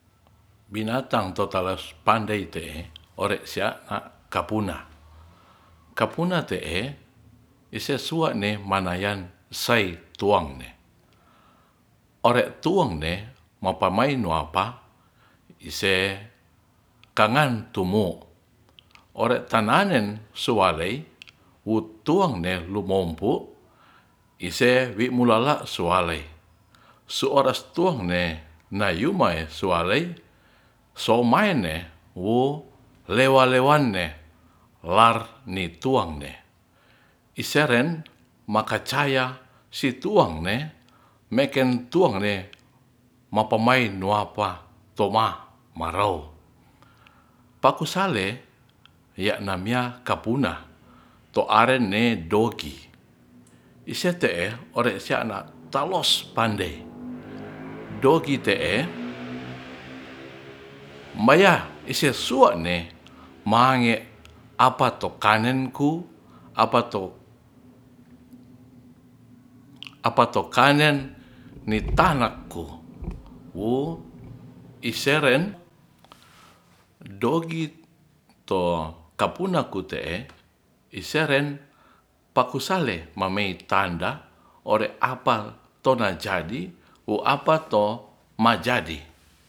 Binatang totales pandei te ore sia'a kapuna kapuna te'e ise suana manayan sai tuangne ore tuangne mapamainoapa ise kangan tumu' ore tanangen sualey wo tuangne lumompu' ise wi' mulala' sualei su oras tuangne nayu mae sualey somaene wo lewalewane lar ni tuang ne iseren makacaya si tuangne meken tuangne mapamainuapa toma marow pakusale wianamia kapuna toaren ne doki isete'e ore'sia'na talos pandei dogi te'e maya ise suane mange apato kanenku apato kanen ni tanaku wo iseren dogi to kapuna ku te'e pakusalen mamei tanda ore apa tona jadi wo apato majadi.